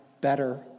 better